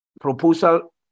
proposal